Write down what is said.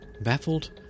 Baffled